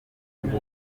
polisi